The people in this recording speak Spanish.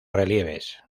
relieves